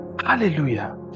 Hallelujah